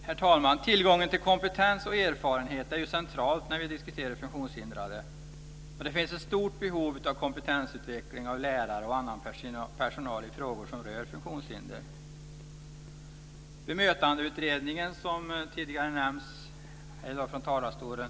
Herr talman! Tillgången på kompetens och erfarenhet är central när vi diskuterar funktionshindrade. Det finns ett stort behov av kompetensutveckling av lärare och annan personal i frågor som rör funktionshinder. Bemötandeutredningnen har här i dag tidigare nämnts från talarstolen.